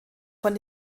von